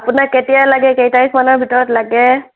আপোনাক কেতিয়া লাগে কেই তাৰিখমানৰ ভিতৰত লাগে